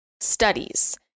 studies